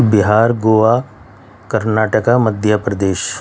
Bihar Goa Karnataka Madhya Pradesh